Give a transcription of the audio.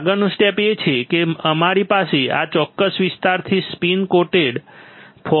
આગળનું સ્ટેપ એ છે કે અમારી પાસે આ ચોક્કસ વિસ્તારમાંથી સ્પિન કોટેડ ફોટોરેસિસ્ટ છે